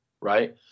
right